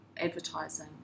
advertising